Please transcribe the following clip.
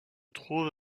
trouve